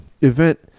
event